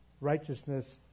righteousness